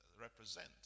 represent